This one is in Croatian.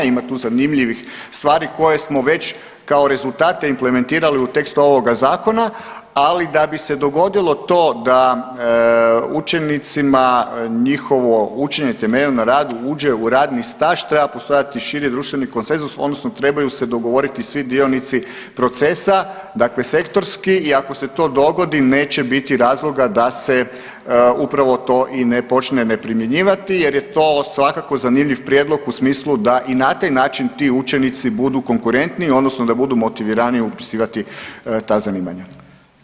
Ima tu zanimljivih stvari koje smo već kao rezultate implementirali u tekstu ovoga zakona, ali da bi se dogodilo to da učenicima njihovo učenje temeljeno na radu uđe u radni staž treba postojati širi društveni konsenzus odnosno trebaju se dogovoriti svi dionici procesa, dakle sektorski i ako se to dogodi neće biti razloga da se upravo to i ne počne ne primjenjivati jer je to svakako zanimljiv prijedlog u smislu da i na taj način ti učenici budu konkurentniji odnosno da budu motiviraniji upisivati ta zanimanja.